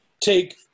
take